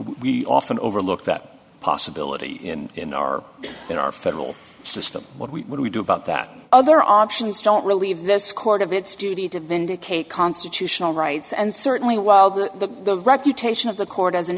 we often overlook that possibility in our in our federal system what we do we do about that other options don't relieve this court of its duty to vindicate constitutional rights and certainly while the reputation of the court as an